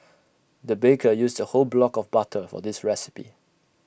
the baker used A whole block of butter for this recipe